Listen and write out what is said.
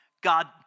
God